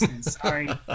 Sorry